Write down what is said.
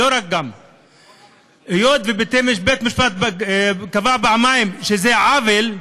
היות שבית-משפט קבע פעמיים שזה עוול,